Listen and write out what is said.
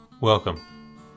Welcome